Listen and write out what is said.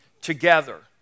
together